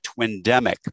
twindemic